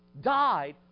died